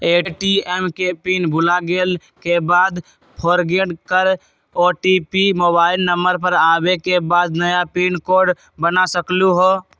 ATM के pin भुलागेल के बाद फोरगेट कर ओ.टी.पी मोबाइल नंबर पर आवे के बाद नया पिन कोड बना सकलहु ह?